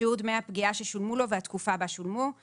שיעור דמי הפגיעה ששולמו לו והתקופה בה שולמו;